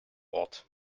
ort